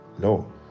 No